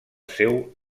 seu